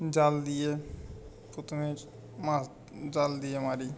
জাল দিয়ে প্রথমে মাছ জাল দিয়ে মারি